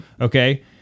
Okay